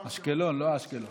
אשקלון, לא אשקלון.